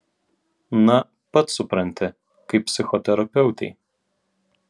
na pats supranti kaip psichoterapeutei